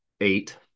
eight